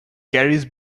carries